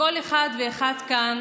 שכל אחד ואחד כאן